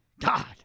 God